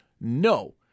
No